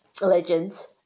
legends